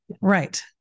Right